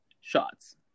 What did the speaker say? shots